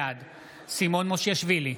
בעד סימון מושיאשוילי,